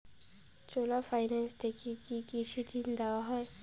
চোলা finance থেকে কি কৃষি ঋণ দেওয়া হয়?